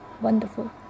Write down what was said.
wonderful